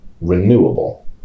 renewable